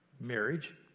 marriage